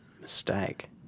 Mistake